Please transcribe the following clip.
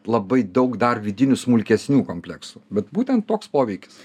labai daug dar vidinių smulkesnių kompleksų bet būtent toks poveikis